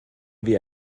wie